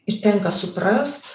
ir tenka suprast